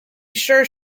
sure